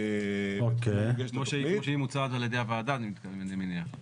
העבודה שלנו בוועדה הזאת תהיה מאוד פעילה וחשובה.